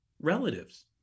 relatives